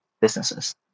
businesses